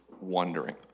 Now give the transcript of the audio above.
wondering